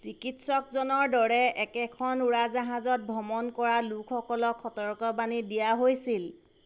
চিকিৎসকজনৰদৰে একেখন উৰাজাহাজত ভ্ৰমণ কৰা লোকসকলক সতৰ্কবাণী দিয়া হৈছিল